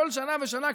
כל שנה ושנה,